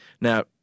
Now